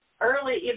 early